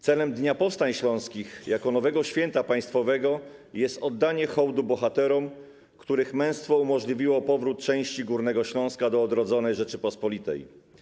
Celem powstania dnia powstań śląskich jako nowego święta państwowego jest oddanie hołdu bohaterom, których męstwo umożliwiło powrót części Górnego Śląska do odrodzonej Rzeczypospolitej.